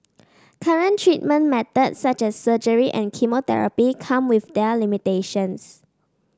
current treatment methods such as surgery and chemotherapy come with their limitations